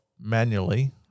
manually